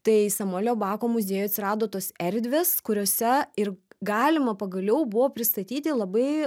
tai samuelio bako muziejuj atsirado tos erdvės kuriose ir galima pagaliau buvo pristatyti labai